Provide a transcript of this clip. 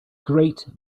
great